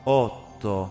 otto